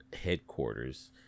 headquarters